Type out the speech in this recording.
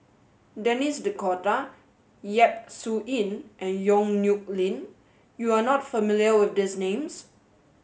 Denis D'Cotta Yap Su Yin and Yong Nyuk Lin you are not familiar with these names